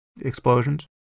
explosions